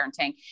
parenting